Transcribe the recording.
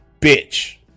bitch